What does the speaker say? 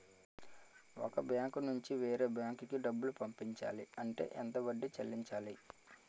ఒక బ్యాంక్ నుంచి వేరే బ్యాంక్ కి డబ్బులు పంపించాలి అంటే ఎంత వడ్డీ చెల్లించాలి?